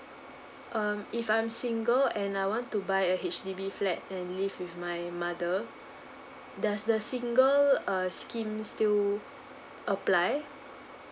um if I am single and I want to buy a H_D_B flat then live with my mother does the single err scheme still apply